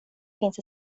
finns